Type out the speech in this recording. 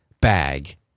bag